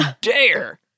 dare